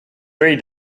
three